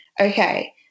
okay